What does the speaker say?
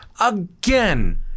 Again